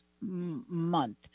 month